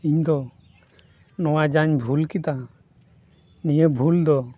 ᱤᱧᱫᱚ ᱱᱚᱣᱟ ᱡᱟᱧ ᱵᱷᱩᱞ ᱠᱮᱫᱟ ᱱᱤᱭᱟᱹ ᱵᱷᱩᱞ ᱫᱚ